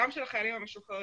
גם של החיילים המשוחררים,